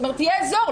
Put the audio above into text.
זאת אומרת יהיה אזור?